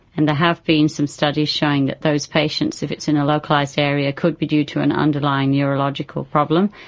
and there have been some studies showing that those patients, if it's in a localised area, could be due to an underlying neurological problem.